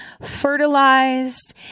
fertilized